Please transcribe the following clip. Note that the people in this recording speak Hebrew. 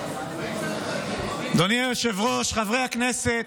אדוני היושב-ראש, חברי הכנסת,